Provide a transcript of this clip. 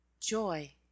joy